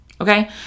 Okay